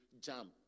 jump